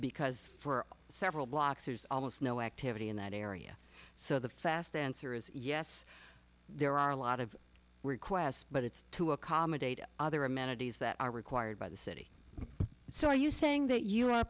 because for several blocks there's almost no activity in that area so the fast answer is yes there are a lot of requests but it's to accommodate other amenities that are required by the city so are you saying that you are